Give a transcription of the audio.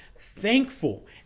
thankful